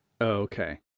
Okay